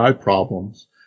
problems